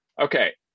Okay